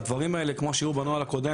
הדברים האלה כמו שהיו בנוהל הקודם,